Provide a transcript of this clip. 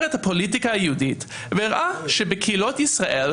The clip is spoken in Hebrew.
את הפוליטיקה היהודית והראה שבקהילות ישראל,